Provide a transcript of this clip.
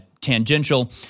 tangential